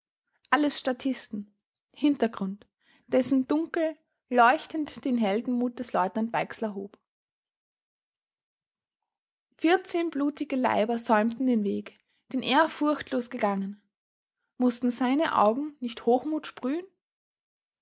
alles statisten hintergrund dessen dunkel leuchtend den heldenmut des leutnant weixler hob vierzehn blutige leiber säumten den weg den er furchtlos gegangen mußten seine augen nicht hochmut sprühen